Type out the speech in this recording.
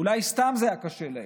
אולי סתם זה היה קשה להם.